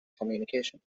communication